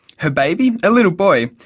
her baby, a little boy,